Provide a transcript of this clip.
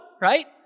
right